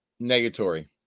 Negatory